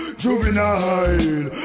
juvenile